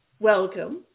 Welcome